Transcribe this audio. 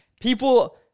People